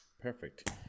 Perfect